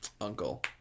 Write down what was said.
uncle